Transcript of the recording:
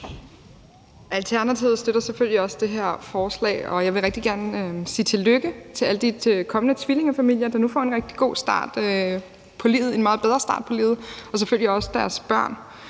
Alternativet støtter selvfølgelig også det her forslag. Jeg vil rigtig gerne sige tillykke til alle de kommende tvillingefamilier, der nu får en rigtig god start på livet, en meget bedre start på livet, og det gælder selvfølgelig også deres børn.